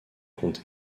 comté